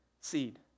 seed